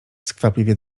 skwapliwie